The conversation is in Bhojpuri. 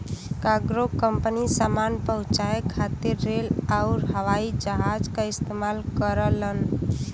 कार्गो कंपनी सामान पहुंचाये खातिर रेल आउर हवाई जहाज क इस्तेमाल करलन